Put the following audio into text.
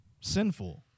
sinful